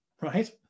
right